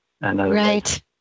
Right